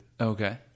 Okay